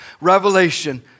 revelation